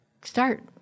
start